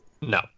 No